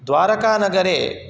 द्वारकानगरे